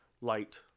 Light